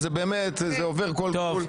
זה עובר כל גבול.